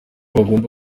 bagomba